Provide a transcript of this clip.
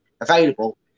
available